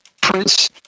Prince